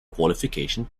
qualification